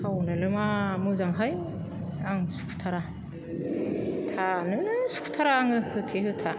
टाउनावलाय मा मोजांहाय आं सुखुथारा थानो सुखुथारा आङो होथे होथा